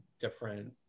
different